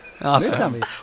awesome